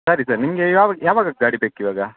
ಸರಿ ಸರಿ ನಿಮಗೆ ಯಾವ ಯಾವಾಗಕ್ ಗಾಡಿ ಬೇಕು ಇವಾಗ